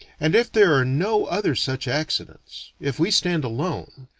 and if there are no other such accidents, if we stand alone,